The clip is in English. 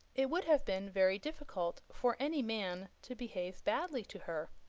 it would have been very difficult for any man to behave badly to her.